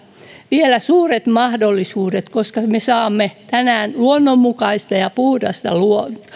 vielä suuret mahdollisuudet koska me saamme tänään luonnonmukaista ja puhdasta